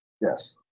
Yes